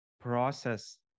process